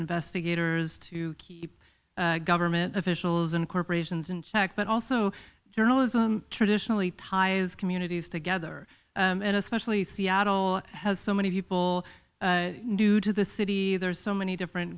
investigators to keep government officials and corporations in check but also journalism traditionally ties communities together and especially seattle has so many people new to the city there's so many different